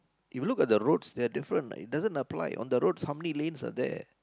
if you look at the roads they're different like it doesn't apply on the roads how many lanes are there